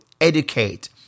educate